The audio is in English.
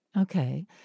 Okay